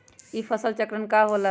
ई फसल चक्रण का होला?